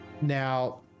Now